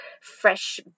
fresh